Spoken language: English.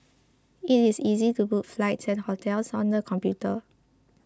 it is easy to book flights and hotels on the computer